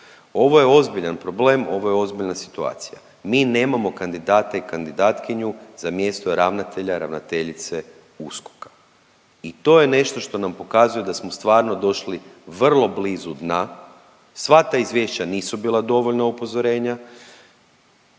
Ovo je ozbiljan problem, ovo je ozbiljna situacija. Mi nemamo kandidata i kandidatkinju za mjesto ravnatelja, ravnateljice USKOK-a i to je nešto što nam pokazuje da smo stvarno došli vrlo blizu dna, sva ta izvješća nisu bila dovoljna upozorenja,